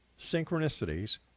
synchronicities